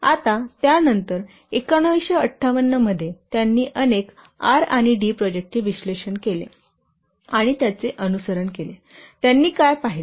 आता त्यानंतर 1958 मध्ये त्यांनी अनेक R आणि D प्रोजेक्टचे विश्लेषण केले आणि त्याचे अनुसरण केले त्यांनी काय पाहिले